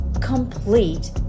complete